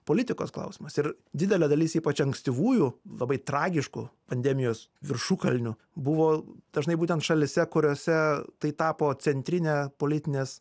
politikos klausimas ir didelė dalis ypač ankstyvųjų labai tragiškų pandemijos viršukalnių buvo dažnai būtent šalyse kuriose tai tapo centrine politinės